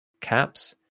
caps